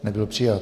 Nebyl přijat.